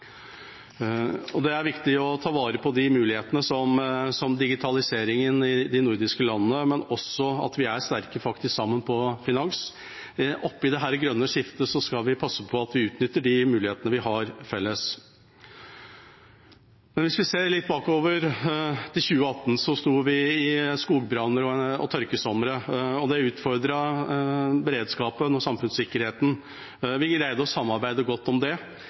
Det er viktig å ta vare på mulighetene ved digitaliseringen i de nordiske landene, men også at vi er sterke sammen faktisk på finans. Oppe i dette grønne skiftet skal vi passe på at vi utnytter de mulighetene vi har felles. Men hvis vi ser litt bakover, til 2018, sto vi i en skogbrann- og tørkesommer. Det utfordret beredskapen og samfunnssikkerheten. Vi greide å samarbeide godt om det.